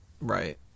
right